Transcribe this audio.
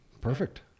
perfect